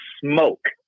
smoke